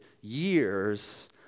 years